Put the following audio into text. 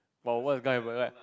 about what's guy like